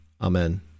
Amen